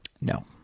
No